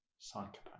Psychopath